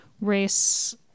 race